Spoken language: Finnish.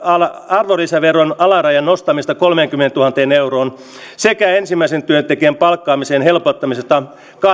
arvonlisäveron alarajan nostamista kolmeenkymmeneentuhanteen euroon sekä ensimmäisen työntekijän palkkaamisen helpottamista kahdenkymmenentuhannen euron